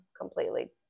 completely